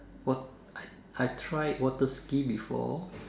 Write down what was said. what I I tried water ski before